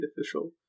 official